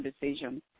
decision